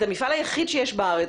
המפעל היחיד שקיים בארץ,